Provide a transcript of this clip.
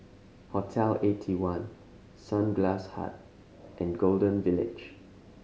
Hotel Eighty one Sunglass Hut and Golden Village